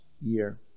year